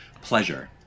pleasure